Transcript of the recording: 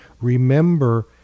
remember